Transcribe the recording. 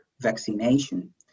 vaccination